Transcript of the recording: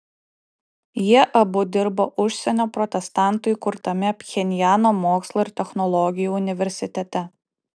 jie abu dirbo užsienio protestantų įkurtame pchenjano mokslo ir technologijų universitete